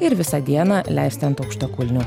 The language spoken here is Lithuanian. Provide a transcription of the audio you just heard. ir visą dieną leisti ant aukštakulnių